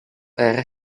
era